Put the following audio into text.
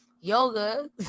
Yoga